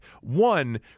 One